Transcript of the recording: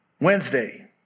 Wednesday